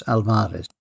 Alvarez